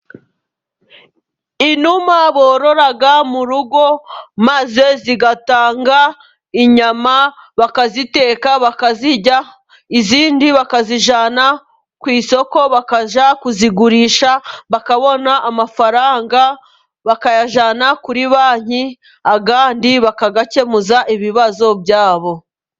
Inuma borora mu rugo ,maze zigatanga inyama bakaziteka ,bakazirya izindi bakazijyana ku isoko ,bakajya kuzigurisha bakabona amafaranga ,bakayajyana kuri banki ayandi bakayakemuza ibibazo byabo.